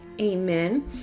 amen